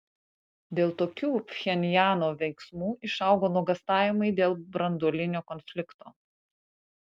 dėl tokių pchenjano veiksmų išaugo nuogąstavimai dėl branduolinio konflikto